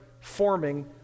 forming